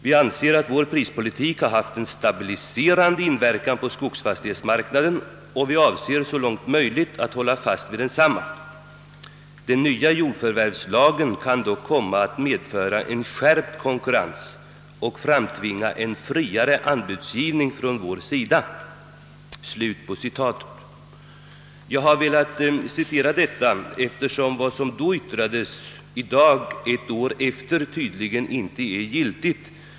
Vi anser att vår prispolitik haft en stabiliserande inverkan på skogsfastighetsmarknaden och vi avser så långt möjligt att hålla fast vid densamma. Den nya jordförvärvslagen kan dock komma att medföra en skärpt konkurrens och framtvinga en friare anbudsgivning: från vår sida.» Jag har velat citera detta uttalande eftersom det, som då yttrades, i dag — ett år senare — tydligen inte är giltigt.